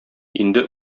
инде